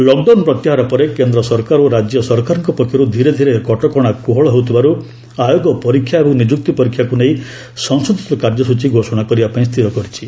lockdown ପ୍ରତ୍ୟାହାର ପରେ କେନ୍ଦ୍ର ସରକାର ଓ ରାଜ୍ୟ ସରକାରଙ୍କ ପକ୍ଷରୁ ଧୀରେ ଧୀରେ କଟକଣା କୋହଳ ହେଉଥିବାରୁ ଆୟୋଗ ପରୀକ୍ଷା ଏବଂ ନିଯୁକ୍ତି ପରୀକ୍ଷାକୁ ନେଇ ସଂଶୋଧିତ କାର୍ଯ୍ୟସୂଚୀ ଘୋଷଣା କରିବା ପାଇଁ ସ୍ଥିର କରିଛି